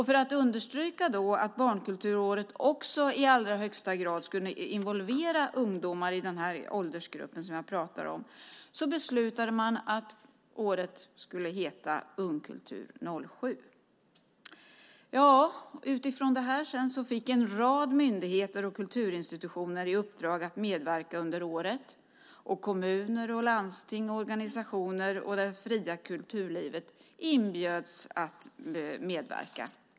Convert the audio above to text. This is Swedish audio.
För att då understryka att barnkulturåret också i allra högsta grad skulle involvera ungdomar i den här åldersgruppen, som jag pratar om, beslutade man att året skulle heta Ung kultur 07. Utifrån det här fick en rad myndigheter och kulturinstitutioner sedan i uppdrag att medverka under året. Kommuner, landsting, organisationer och det fria kulturlivet inbjöds att medverka.